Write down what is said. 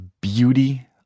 beauty